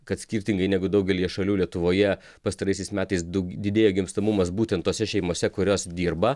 kad skirtingai negu daugelyje šalių lietuvoje pastaraisiais metais daug didėja gimstamumas būtent tose šeimose kurios dirba